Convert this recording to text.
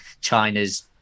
China's